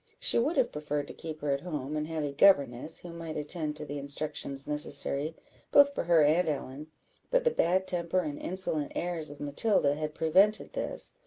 she would have preferred to keep her at home, and have a governess, who might attend to the instructions necessary both for her and ellen but the bad temper and insolent airs of matilda had prevented this,